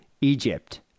Egypt